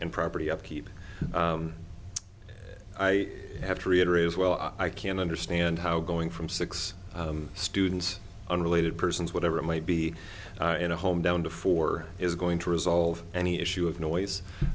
and property upkeep i have to reiterate as well i can understand how going from six students unrelated persons whatever it might be in a home down to four is going to resolve any issue of